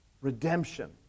Redemption